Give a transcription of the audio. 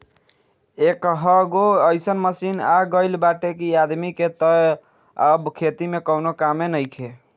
एकहगो अइसन मशीन आ गईल बाटे कि आदमी के तअ अब खेती में कवनो कामे नइखे